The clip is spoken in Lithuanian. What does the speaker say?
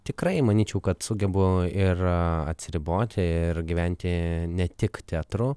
tikrai manyčiau kad sugebu ir atsiriboti ir gyventi ne tik teatru